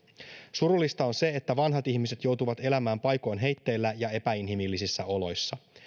surullista on se että vanhat ihmiset joutuvat elämään paikoin heitteillä ja epäinhimillisissä oloissa